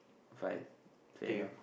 fine fair enough